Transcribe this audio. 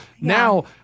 Now